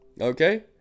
okay